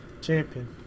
champion